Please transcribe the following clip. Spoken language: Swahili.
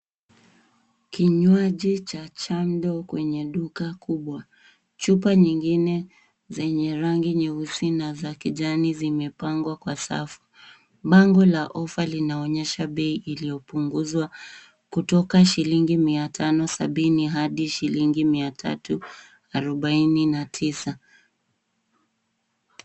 Kinywaji cha Chamdor kwenye duka kubwa. Chupa nyingine zenye rangi nyesi na za kijani zimepangwa kwenye safu. Bango la ofa linaonyesha bei iliyopunguzwa kutoka shilingi mia tano sabani hadi shilingi mia tatu arobaini na tisa.